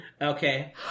Okay